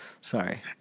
Sorry